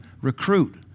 recruit